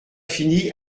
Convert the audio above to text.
fini